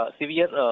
severe